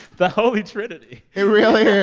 the holy trinity it really yeah